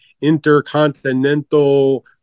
intercontinental